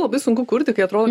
labai sunku kurti kai atrodo